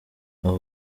abo